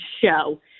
show